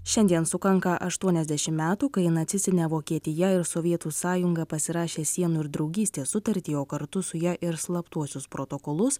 šiandien sukanka aštuoniasdešim metų kai nacistinė vokietija ir sovietų sąjunga pasirašė sienų ir draugystės sutartį o kartu su ja ir slaptuosius protokolus